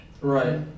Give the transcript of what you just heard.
Right